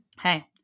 hey